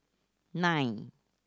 nine